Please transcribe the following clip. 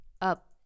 up